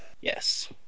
yes